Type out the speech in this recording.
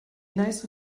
neiße